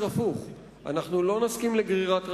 הפוך: אנחנו לא נסכים לגרירת רגליים,